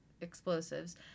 explosives